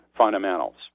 fundamentals